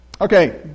okay